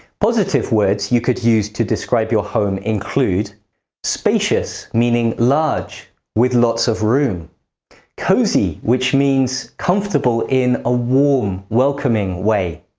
positive words you could use to describe your home include spacious, meaning large with lots of room cosy which means comfortable in a warm welcoming way